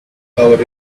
covered